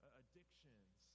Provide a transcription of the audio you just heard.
addictions